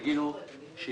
חזקיהו ותגידו שישיג